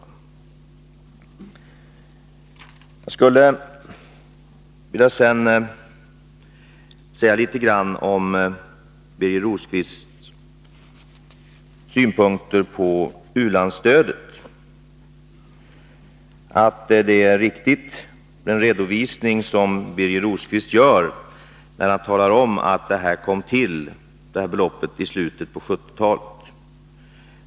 Sedan skulle jag vilja säga några ord om Birger Rosqvists synpunkt på u-landsstödet. Den redovisning som Birger Rosqvist lämnar är riktig, när han talar om att beloppet fastställdes i slutet på 1970-talet.